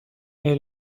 elle